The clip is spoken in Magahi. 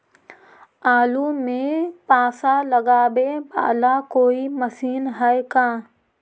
आलू मे पासा लगाबे बाला कोइ मशीन है का?